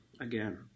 again